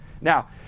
Now